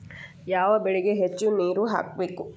ಯಾವ ಬೆಳಿಗೆ ಹೆಚ್ಚು ನೇರು ಬೇಕು?